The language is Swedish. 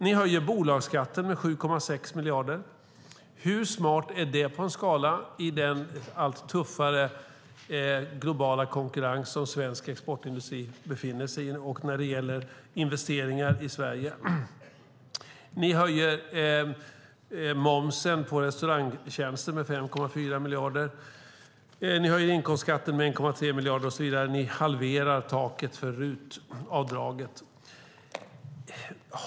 Ni höjer bolagsskatten med 7,6 miljarder. Hur smart är det på en skala i den allt tuffare globala konkurrens svensk exportindustri befinner sig och när det gäller investeringar i Sverige? Ni höjer momsen på restaurangtjänster med 5,4 miljarder. Ni höjer inkomstskatten med 1,3 miljarder, och så vidare. Ni halverar taket för RUT-avdraget.